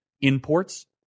imports